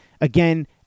Again